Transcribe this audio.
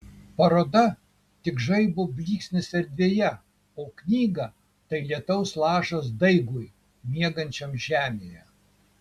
paroda tik žaibo blyksnis erdvėje o knyga tai lietaus lašas daigui miegančiam žemėje